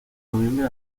noviembre